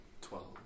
Twelve